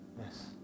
Yes